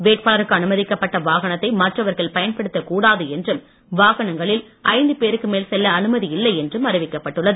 வேட்பாளருக்கு அனுமதிக்கப்பட்ட வாகனத்தை மற்றவர்கள் பயன்படுத்தக் கூடாது என்றும் வாகனங்களில் ஐந்து பேருக்கு மேல் செல்ல அனுமதி இல்லை என்றும் அறிவிக்கப்பட்டுள்ளது